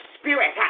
spirit